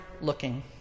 looking